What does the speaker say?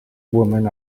women